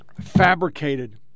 Fabricated